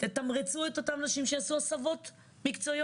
תתמרצו את אותם אנשים שיעשו הסבות מקצועיות.